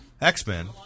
X-Men